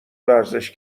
ورزش